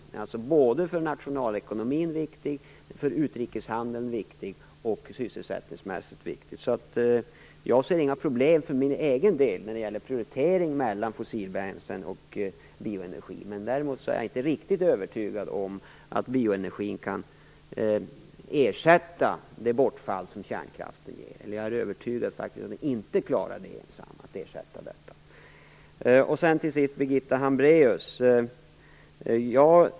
Den är alltså viktig för nationalekonomin, för utrikeshandeln och för sysselsättningen. Jag ser för egen del inga problem när det gäller prioriteringen mellan fossilbränslen och bioenergi. Däremot är jag inte riktigt övertygad om att bioenergin kan ersätta det bortfall som kärnkraftsavvecklingen orsakar. Snarare är jag övertygad om att den inte klarar detta ensam. Till sist skall jag svara på Birgitta Hambraeus fråga.